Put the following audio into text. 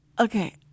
okay